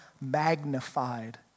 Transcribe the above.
magnified